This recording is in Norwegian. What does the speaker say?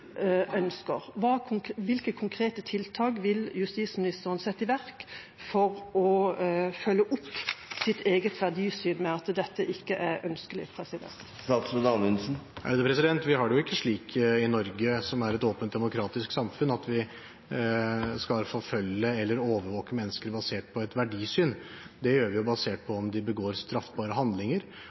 Hvilke konkrete tiltak vil justisministeren sette i verk for å følge opp sitt eget verdisyn, nemlig at dette ikke er ønskelig? Vi har det jo ikke slik i Norge, som er et åpent demokratisk samfunn, at vi skal forfølge eller overvåke mennesker basert på verdisyn. Det gjør vi basert på om de begår straffbare handlinger.